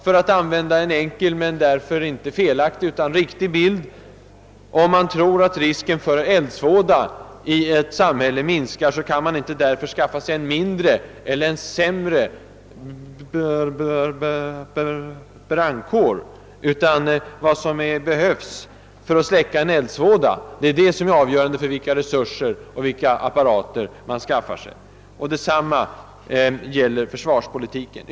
För att använda en enkel men riktig bild: om man tror att risken för eldsvåda i ett samhälle minskar, kan man inte därför skaffa sig en mindre eller sämre brandkår, utan vad som behövs för att släcka en eldsvåda är avgörande för vilka apparater och resurser i Öövrigt man skaffar sig. Detsamma gäller försvarspolitiken.